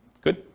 Good